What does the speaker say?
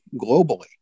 globally